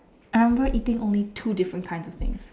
I'm remember eating only two different kinds of things